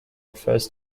refers